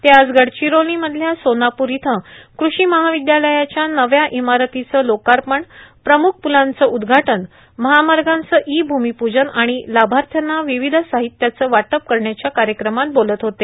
ते आज गडचिरोली मधल्या सोनाप्र इथं कृषी महाविद्यालयाच्या नव्या इमारतीचं लोकार्पण प्रमुख पुलांचं उद्घाटन महामार्गांचं ई भूमिपूजन आणि लाभार्थ्यांना विविध साहित्यांचं वाटप करण्याच्या कार्यक्रमात बोलत होते